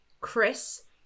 chris